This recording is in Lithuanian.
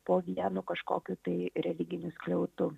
po vienu kažkokiu tai religiniu skliautu